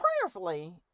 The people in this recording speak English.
Prayerfully